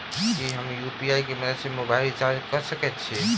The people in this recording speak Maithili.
की हम यु.पी.आई केँ मदद सँ मोबाइल रीचार्ज कऽ सकैत छी?